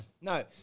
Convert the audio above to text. No